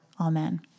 Amen